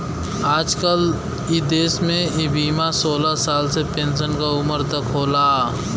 आजकल इ देस में इ बीमा सोलह साल से पेन्सन क उमर तक होला